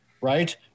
right